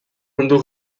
mundu